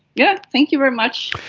yeah thank you very much.